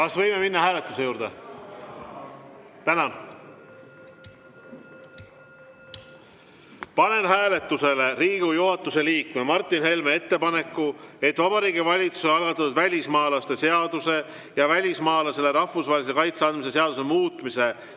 Kas võime minna hääletuse juurde? Panen hääletusele Riigikogu juhatuse liikme Martin Helme ettepaneku, et Vabariigi Valitsuse algatatud välismaalaste seaduse ja välismaalasele rahvusvahelise kaitse andmise seaduse muutmise